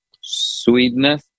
sweetness